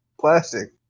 plastic